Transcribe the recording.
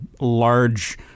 large